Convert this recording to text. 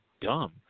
dumb